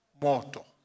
moto